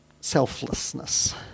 selflessness